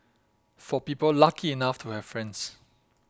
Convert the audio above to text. for people lucky enough to have friends